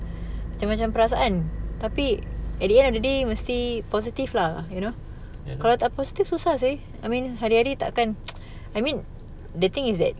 macam-macam perasaan tapi at the end of the day mesti positive lah you know kalau tak positive susah seh I mean hari-hari takkan I mean the thing is that